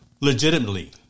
legitimately